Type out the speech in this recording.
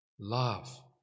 Love